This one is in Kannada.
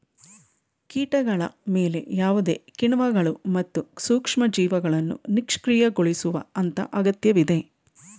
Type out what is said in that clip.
ಕೀಟಗಳ ಮೇಲೆ ಯಾವುದೇ ಕಿಣ್ವಗಳು ಮತ್ತು ಸೂಕ್ಷ್ಮಜೀವಿಗಳನ್ನು ನಿಷ್ಕ್ರಿಯಗೊಳಿಸುವ ಹಂತ ಅಗತ್ಯವಿದೆ